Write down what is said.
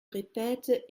répète